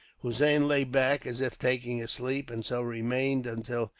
hossein lay back, as if taking a sleep, and so remained until,